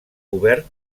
obert